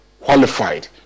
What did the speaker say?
qualified